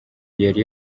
yari